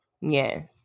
Yes